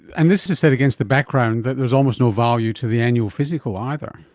and this is set against the background that there's almost no value to the annual physical either.